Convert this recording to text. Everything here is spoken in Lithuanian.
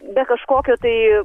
be kažkokio tai